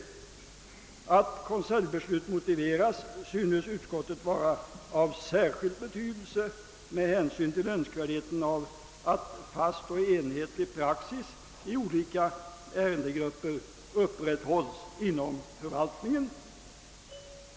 Att konseljbeslut motiveras synes utskottet vara av särskild betydelse med hänsyn till önskvärdheten av att fast och enhetlig praxis i olika ärendegrupper upprätthålls inom förvaltningen.